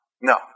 No